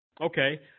Okay